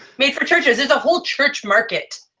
made for churches. there's a whole church market.